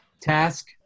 task